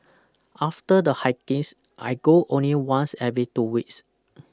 after the hikings I go only once every two weeks